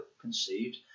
conceived